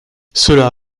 cela